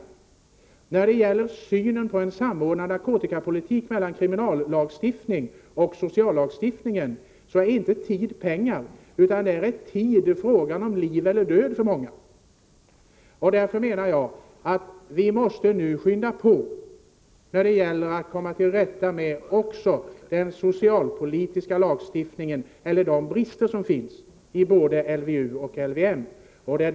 Men när det gäller en samordning av narkotikapolitiken i samhället, en samordning mellan kriminallagstiftningen och sociallagstiftningen, är inte tid pengar, utan där är tid en fråga om liv eller död för många. Därför menar jag att vi nu måste skynda på när det gäller att komma till rätta också med den socialpolitiska lagstiftningen och de brister som finns i både LVU och LVM.